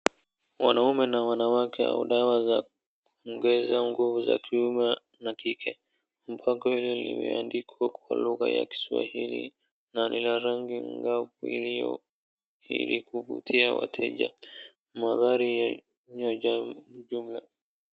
Wanaume na wanawake au dawa za kuongeza nguvu za kiume na kike. Bango hilo limeandikwa kwa lugha ya kiswahili na lina rangi iliyong'aa ili kuvutia wateja. Mandhari yaliyojaa ujumbe.